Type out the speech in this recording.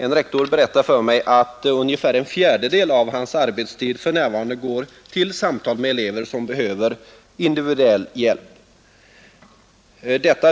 En rektor har berättat för mig att ungefär en fjärdedel av hans arbetstid för närvarande går åt till samtal med elever som behöver individuell hjälp.